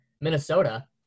Minnesota